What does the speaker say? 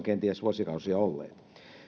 kenties vuosikausia olleet